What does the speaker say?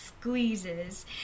squeezes